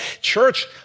church